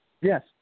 Yes